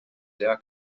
der